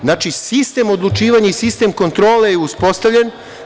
Znači, sistem odlučivanja i sistem kontrole je uspostavljen.